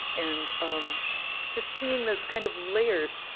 and um just seeing those kind of layers,